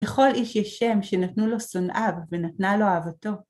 לכל איש יש שם שנתנו לו שונאיו ונתנה לו אהבתו.